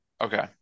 Okay